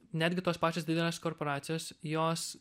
netgi tos pačios didelės korporacijos jos